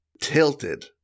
tilted